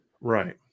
Right